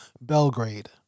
Belgrade